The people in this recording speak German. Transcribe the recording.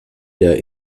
der